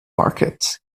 market